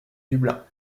dublin